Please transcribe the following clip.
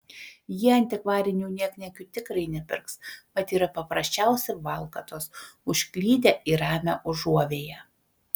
jie antikvarinių niekniekių tikrai nepirks mat yra paprasčiausi valkatos užklydę į ramią užuovėją